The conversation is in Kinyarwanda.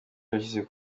bashyizwe